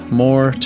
more